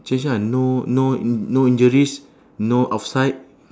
change lah no no in~ no injuries no offside